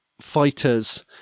fighters